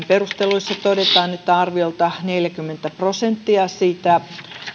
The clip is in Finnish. perusteluissa todetaan että arviolta neljäkymmentä prosenttia siitä